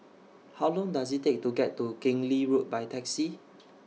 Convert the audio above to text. How Long Does IT Take to get to Keng Lee Road By Taxi